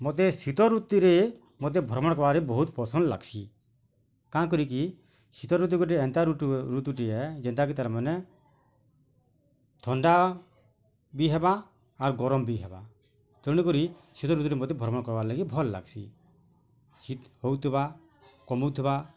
ମୋତେ ଶୀତ ଋତୁରେ ମତେ ଭ୍ରମଣ କର୍ବାର୍କେ ବହୁତ ପସନ୍ଦ ଲାଗ୍ସି କାଁ କରିକି ଶୀତ ଋତୁ ଗୁଟେ ଏନ୍ତା ଋତୁଟିଏ ଯେନ୍ତା କି ତା'ର୍ ମାନେ ଥଣ୍ଡା ବି ହେବା ଆଉ ଗରମ୍ ବି ହେବା ତେଣୁ କରି ଶୀତ ଋତୁରେ ମୋତେ ଭ୍ରମଣ କର୍ବାର୍ କି ଭଲ ଲାଗ୍ସି ଶୀତ ହେଉଥିବା କମୁଥିବା